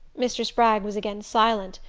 mr. spragg was again silent,